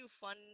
fun